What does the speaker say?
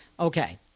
Okay